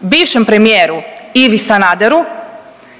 bivšem premijeru Ivi Sanaderu